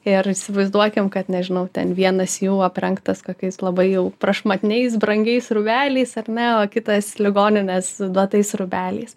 ir įsivaizduokim kad nežinau ten vienas jų aprengtas kokiais labai jau prašmatniais brangiais rūbeliais ar ne o kitas ligoninės duotais rūbeliais